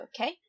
Okay